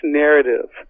narrative